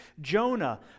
Jonah